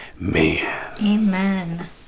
Amen